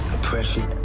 Oppression